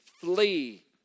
Flee